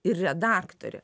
ir redaktorė